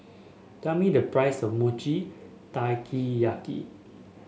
tell me the price of mochi